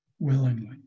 Willingly